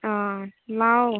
ꯑꯥ ꯂꯥꯎ